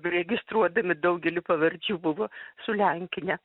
registruodami daugelį pavardžių buvo sulenkinę